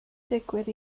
digwydd